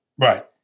right